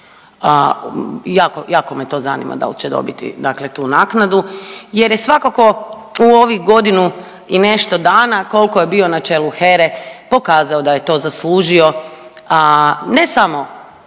jako me to zanima dal će dobiti dakle tu naknadu jer je svakako u ovih godinu i nešto dana kolko je bio na čelu HERA-e pokazao da je to zaslužio, a ne samo